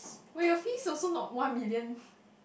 but your fees also not one million